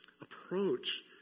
approach